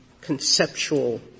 conceptual